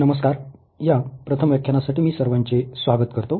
नमस्कार या प्रथम व्याख्यानासाठी मी सर्वांचे स्वागत करतो